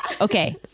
okay